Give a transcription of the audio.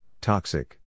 toxic